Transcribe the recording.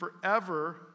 forever